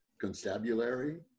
constabulary